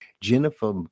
Jennifer